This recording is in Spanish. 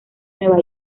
nueva